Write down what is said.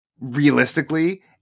realistically